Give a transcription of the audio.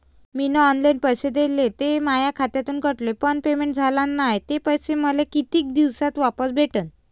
मीन online पैसे दिले, ते माया खात्यातून कटले, पण पेमेंट झाल नायं, ते पैसे मले कितीक दिवसात वापस भेटन?